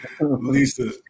Lisa